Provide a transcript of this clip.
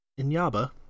Inyaba